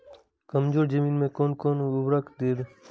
कमजोर जमीन में कोन कोन उर्वरक देब?